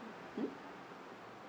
hmm